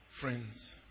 Friends